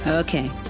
Okay